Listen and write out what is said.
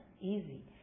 easy